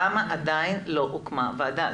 למה עדיין לא הוקמה ועדה.